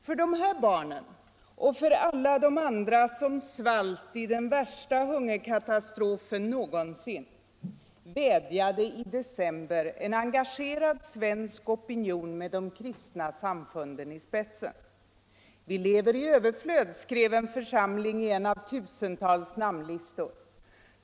För de här barnen — och för alla de andra som svalt i den värsta hungerkatastrofen någonsin — vädjade i december en engagerad svensk opinion med de kristna samfunden i spetsen. ”Vi lever i överflöd”, skrev en församling i en av tusentals namnlistor.